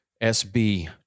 SB